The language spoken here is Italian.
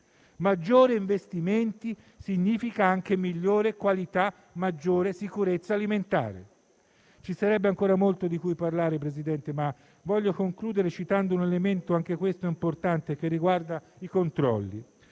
Maggiori investimenti significano anche migliore qualità e maggiore sicurezza alimentare. Ci sarebbe ancora molto di cui parlare, signor Presidente, ma voglio concludere citando un altro elemento importante, che riguarda i controlli.